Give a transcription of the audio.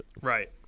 Right